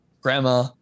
grandma